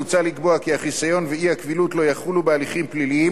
מוצע לקבוע כי החיסיון ואי-הקבילות לא יחולו בהליכים פליליים.